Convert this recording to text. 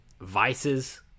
vices